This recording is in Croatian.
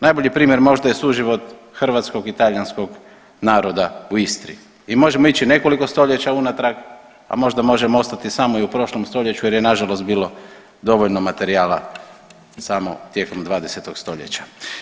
Najbolji primjer možda je suživot hrvatskog i talijanskog naroda u Istri i možemo ići nekoliko stoljeća unatrag, a možda možemo ostati samo i u prošlom stoljeću jer je nažalost bilo dovoljno materijala samo tijekom 20. stoljeća.